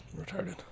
Retarded